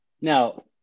Now